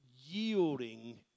yielding